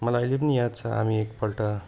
मलाई अहिले पनि याद छ हामी एकपल्ट